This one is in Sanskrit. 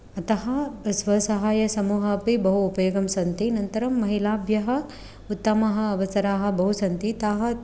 अतः स्वसहायसमूहः अपि बहु उपयोगः सन्ति अनन्तरं महिलाभ्यः उत्तमाः अवसराः बहु सन्ति ताः